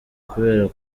kubera